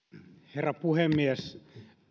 herra puhemies